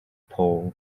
pole